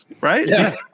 right